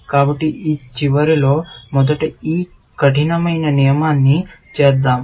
కాబట్టి ఈ చివర్లో మొదట ఈ కఠినమైన నియమాన్ని చేద్దాం